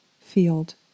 field